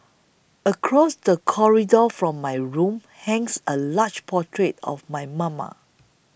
across the corridor from my room hangs a large portrait of my mama